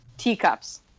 teacups